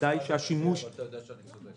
-- אתה יודע שאני צודק.